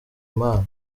mpano